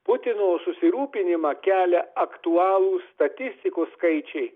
putino susirūpinimą kelia aktualūs statistikos skaičiai